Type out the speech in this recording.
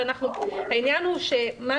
העניין הוא שמה